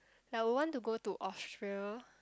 I will want to go to Austria